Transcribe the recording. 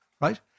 right